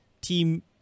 team